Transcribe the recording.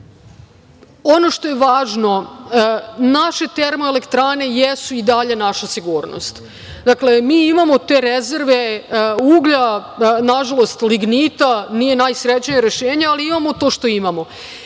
Ono što je važno, naše termoelektrane jesu i dalje naša sigurnost. Dakle, mi imamo te rezerve uglja, nažalost, lignita nije najsrećnije rešenje, ali imamo to što imamo.